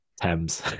Thames